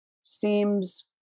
seems